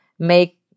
Make